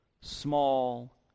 small